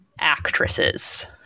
actresses